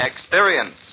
Experience